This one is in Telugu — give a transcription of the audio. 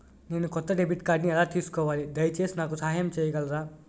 నేను కొత్త డెబిట్ కార్డ్ని ఎలా తీసుకోవాలి, దయచేసి నాకు సహాయం చేయగలరా?